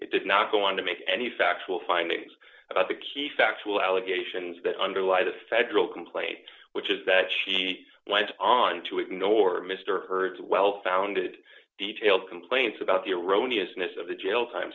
did not go on to make any factual findings about the key factual allegations that underlie the federal complaint which is that she went on to ignore mister hurd's well founded detail complaints about the erroneous miss of the jail time